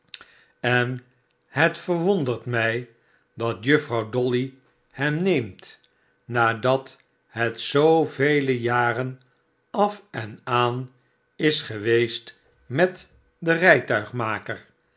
en het verwondert mij dat juffrouw dolly hem neemt nadat het zoovele jaren af en aan is geweest met den